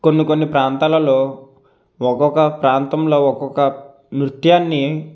కొన్ని కొన్ని ప్రాంతాలలో ఒకొక ప్రాంతంలో ఒకొక నృత్యాన్ని